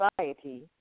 society